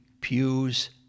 pews